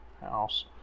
house